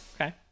Okay